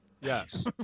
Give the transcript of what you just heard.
Yes